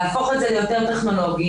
להפוך את זה ליותר טכנולוגי.